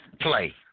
play